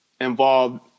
involved